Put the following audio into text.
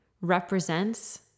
represents